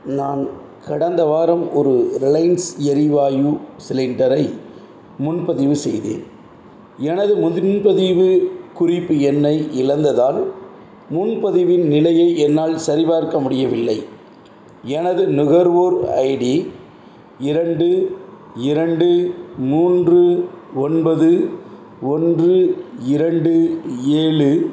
நான் கடந்த வாரம் ஒரு ரிலையன்ஸ் எரிவாயு சிலிண்டரை முன்பதிவு செய்தேன் எனது முன்பதிவு குறிப்பு எண்ணை இழந்ததால் முன்பதிவின் நிலையை என்னால் சரிபார்க்க முடியவில்லை எனது நுகர்வோர் ஐடி இரண்டு இரண்டு மூன்று ஒன்பது ஒன்று இரண்டு ஏழு